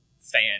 fan